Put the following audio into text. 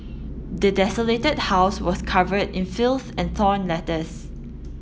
the desolated house was covered in filth and torn letters